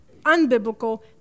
unbiblical